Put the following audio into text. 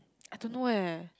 I don't know eh